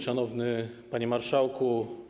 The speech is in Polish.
Szanowny Panie Marszałku!